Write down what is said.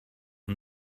and